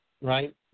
right